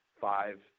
five